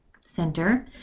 center